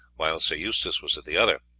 while sir eustace was at the other.